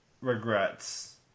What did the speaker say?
regrets